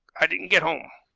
i didn't get home.